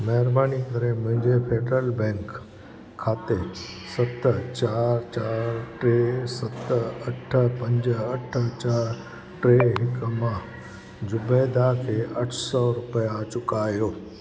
महिरबानी करे मुंहिंजे फेडरल बैंक खाते सत चारि चारि टे सत अठ पंज अठ चारि टे हिकु मां ज़ुबैदा खे अठ सौ रुपिया चुकायो